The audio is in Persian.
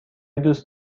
دوست